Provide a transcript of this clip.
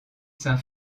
saint